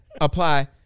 apply